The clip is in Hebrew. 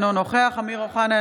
אינו נוכח אמיר אוחנה,